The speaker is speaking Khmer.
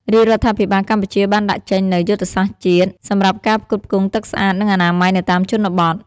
រាជរដ្ឋាភិបាលកម្ពុជាបានដាក់ចេញនូវ យុទ្ធសាស្ត្រជាតិ សម្រាប់ការផ្គត់ផ្គង់ទឹកស្អាត និងអនាម័យនៅតាមជនបទ។